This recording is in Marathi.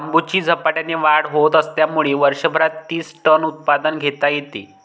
बांबूची झपाट्याने वाढ होत असल्यामुळे वर्षभरात तीस टन उत्पादन घेता येते